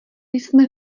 jsme